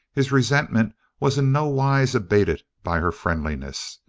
his resentment was in no wise abated by her friendliness.